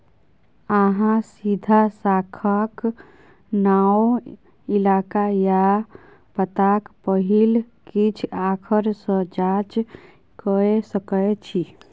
अहाँ सीधा शाखाक नाओ, इलाका या पताक पहिल किछ आखर सँ जाँच कए सकै छी